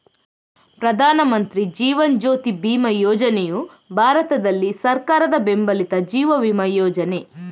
ಪ್ರಧಾನ ಮಂತ್ರಿ ಜೀವನ್ ಜ್ಯೋತಿ ಬಿಮಾ ಯೋಜನೆಯು ಭಾರತದಲ್ಲಿ ಸರ್ಕಾರದ ಬೆಂಬಲಿತ ಜೀವ ವಿಮಾ ಯೋಜನೆ